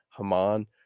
Haman